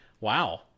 Wow